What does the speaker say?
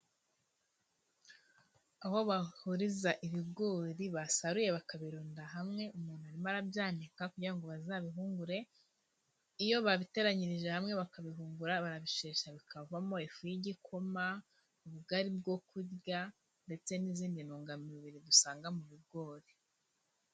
Aho bahuriza ibigori basaruye bakabirunda hamwe, umuntu arimo arabyanika kugira ngo bazabihungure, iyo babiteranyirije hamwe bakabihura, barabishesha bikavamo ifu yigikoma, ubugari bwo kurya ndetse n'izindi ntungamubiri dusanga mu bigori.